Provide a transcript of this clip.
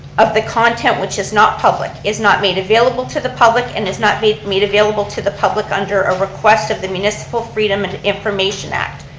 of the content which is not public, is not made available to the public, and is not made made available to the public under a request of the municipal freedom and information act.